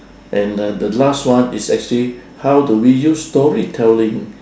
and uh the last one is actually how to reuse storytelling